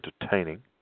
entertaining